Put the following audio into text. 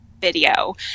video